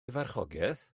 farchogaeth